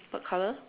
what color